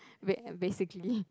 ba~ basically